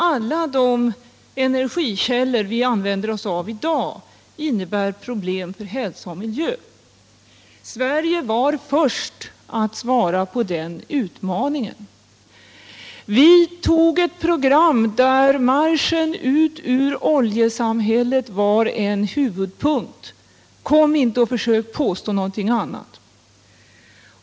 Alla de energikällor vi utnyttjar i dag innebär problem för hälsa och miljö. Sverige var först att svara på den utmaningen. Vi tog ett program där marschen ut ur oljesamhället var en huvudpunkt. Kom inte och försök påstå någonting annat!